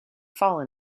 fallen